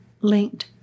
linked